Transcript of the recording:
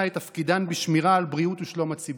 את תפקידם בשמירה על בריאותו ושלומו של הציבור.